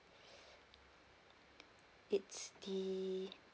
it's the